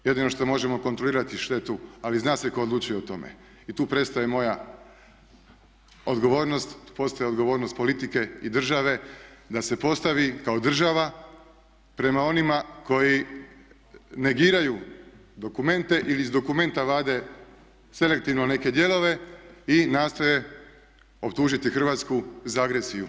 Jedino što možemo kontrolirati što je tu, ali zna se tko odlučuje o tome i tu prestaje moja odgovornost, postaje odgovornost politike i države da se postavi kao država prema onima koji negiraju dokumente ili iz dokumenta vade selektivno neke dijelove i nastoje optužiti Hrvatsku za agresiju.